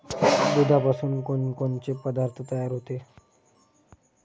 दुधापासून कोनकोनचे पदार्थ तयार होते?